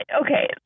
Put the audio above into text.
Okay